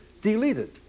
deleted